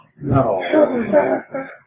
No